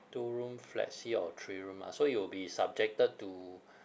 two room flexi or three room lah so it will be subjected to